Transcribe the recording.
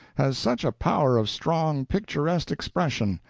has such a power of strong, picturesque expression.